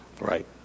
right